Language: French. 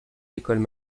écoles